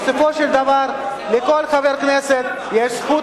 בסופו של דבר לכל חבר כנסת יש זכות